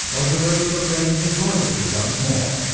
augereau proclaimed his loyalty once more,